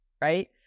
right